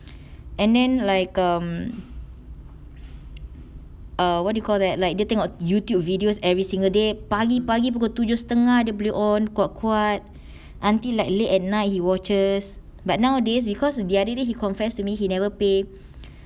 and then like um err what do you call that like dia tengok youtube videos every single day pagi-pagi pukul tujuh setengah dia boleh on kuat-kuat until like late at night he watches but nowadays because the other day he confessed to me he never pay